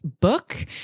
book